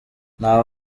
nta